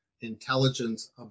intelligence